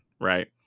right